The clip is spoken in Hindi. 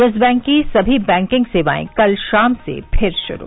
येस बैंक की सभी बैंकिंग सेवाएं कल शाम से फिर शुरू